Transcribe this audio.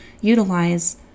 utilize